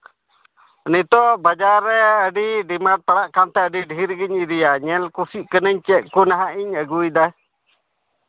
ᱱᱤᱛᱚᱜ ᱵᱟᱡᱟᱨ ᱨᱮ ᱟᱹᱰᱤ ᱰᱤᱢᱟᱱᱰ ᱯᱟᱲᱟᱜ ᱠᱟᱱᱛᱮ ᱟᱹᱰᱤ ᱰᱷᱮᱹᱨ ᱜᱮᱧ ᱤᱫᱤᱭᱟ ᱧᱮᱞ ᱠᱩᱥᱤᱜ ᱠᱟᱹᱱᱟᱹᱧ ᱪᱮᱫ ᱠᱚ ᱱᱟᱦᱟᱸᱜ ᱤᱧ ᱟᱹᱜᱩᱭᱫᱟ